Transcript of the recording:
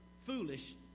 foolish